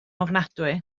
ofnadwy